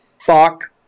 fuck